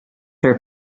her